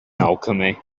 alchemy